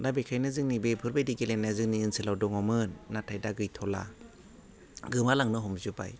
दा बेखायनो जोंनि बेफोर बायदि गेलेनाया जोंनि ओनसोलाव दङमोन नाथाय दा गैथ'ला गोमालांनो हमजोबबाय